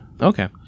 Okay